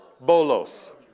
bolos